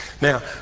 Now